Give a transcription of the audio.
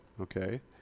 okay